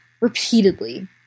repeatedly